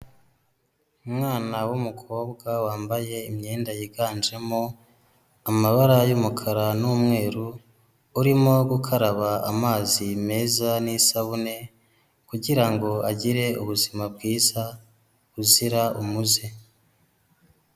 Umwana w'umukobwa wambaye imyenda yiganjemo amabara y'umukara n'umweru, urimo gukaraba amazi meza n'isabune kugira ngo agire ubuzima bwiza buzira umuze.